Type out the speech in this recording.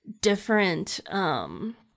different